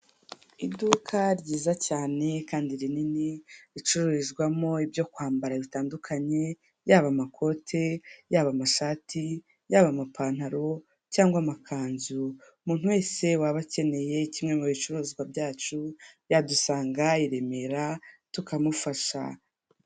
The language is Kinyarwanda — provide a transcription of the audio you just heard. Iduka ryiza cyane kandi rinini ricururizwamo ibyo kwambara bitandukanye, yaba amakoti, yaba amashati, yaba amapantaro cyangwa amakanzu. Umuntu wese waba akeneye kimwe mu bicuruzwa byacu, yadusanga i Remera tukamufasha.